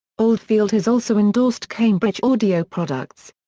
oldfield has also endorsed cambridge audio products.